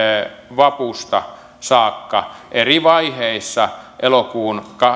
vapusta saakka eri vaiheissa elokuun